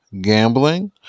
gambling